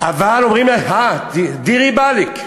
אומרים לה: דיר באלכ,